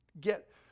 get